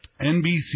NBC